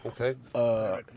Okay